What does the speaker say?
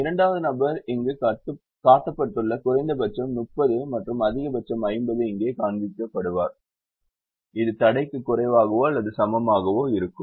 இரண்டாவது நபர் இங்கு காட்டப்பட்டுள்ள குறைந்தபட்சம் 30 மற்றும் அதிகபட்சம் 50 இங்கே காண்பிக்கப்படுவார் இது தடைக்கு குறைவாகவோ அல்லது சமமாகவோ இருக்கும்